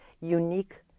unique